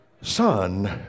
Son